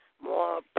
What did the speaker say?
more